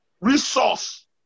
resource